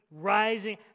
rising